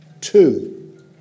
Two